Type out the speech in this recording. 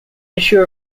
issue